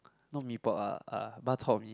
not Mee-Pok uh uh bak-chor-mee